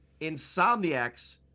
Insomniacs